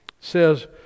says